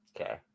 Okay